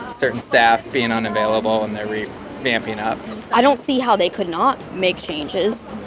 certain staff being unavailable, and they're really vamping up i don't see how they could not make changes,